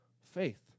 faith